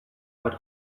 but